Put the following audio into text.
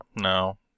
no